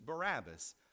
Barabbas